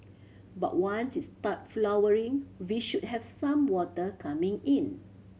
but once it start flowering we should have some water coming in